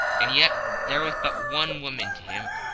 and yet there was but one woman to him,